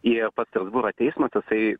ir pats strasbūro teismas jisai